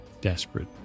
Desperate